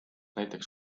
näiteks